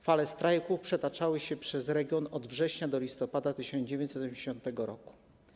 Fale strajków przetaczały się przez region od września do listopada 1980 r.